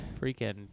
Freaking